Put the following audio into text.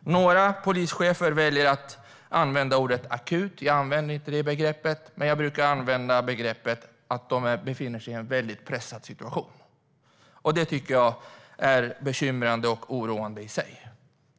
Några polischefer väljer att använda ordet akut. Jag använder inte det ordet, utan jag brukar använda begreppet att polisen befinner sig i en väldigt pressad situation. Det tycker jag är ett bekymmer och oroande i sig.